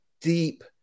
deep